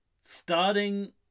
starting